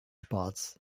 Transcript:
sports